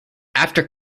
after